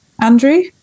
Andrew